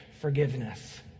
forgiveness